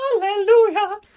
Hallelujah